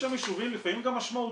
לפעמים גם משמעותיים,